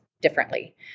differently